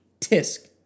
Tisk